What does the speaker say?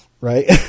right